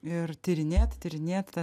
ir tyrinėti tyrinėt tą